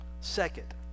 Second